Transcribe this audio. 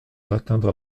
d’atteindre